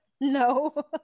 No